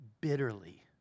bitterly